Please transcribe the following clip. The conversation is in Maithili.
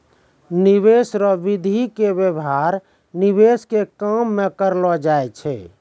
निवेश रो विधि के व्यवहार निवेश के काम मे करलौ जाय छै